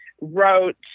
wrote